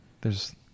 theres